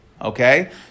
Okay